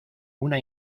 una